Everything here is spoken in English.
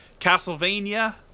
Castlevania